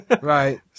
Right